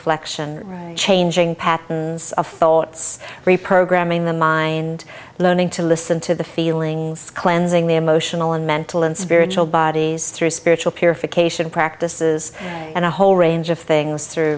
reflection changing patterns of thoughts reprogramming the mind learning to listen to the feelings cleansing the emotional and mental and spiritual bodies through spiritual purification practices and a whole range of things through